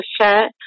chat